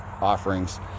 offerings